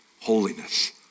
holiness